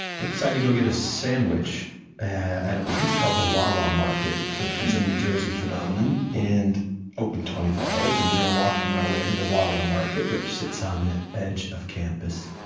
but we decided to go get a sandwich at a place called the wawa market, which is a new jersey phenomenon and open twenty four hours. and we were walking our way to the wawa market, which sits on the edge of campus,